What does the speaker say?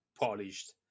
polished